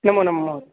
नमो नमः